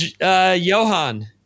Johan